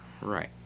Right